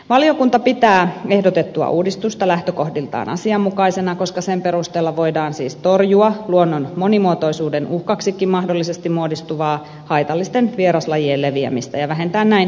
valiokunta pitää ehdotettua uudistusta lähtökohdiltaan asianmukaisena koska sen perusteella voidaan siis torjua luonnon monimuotoisuuden uhkaksikin mahdollisesti muodostuvaa haitallisten vieraslajien leviämistä ja vähentää näin kielteisiä vaikutuksia